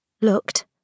looked